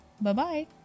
Bye-bye